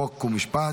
חוק ומשפט,